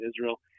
Israel